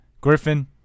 Griffin